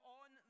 on